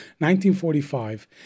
1945